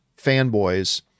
fanboys